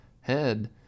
head